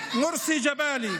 מורסי ג'באלי.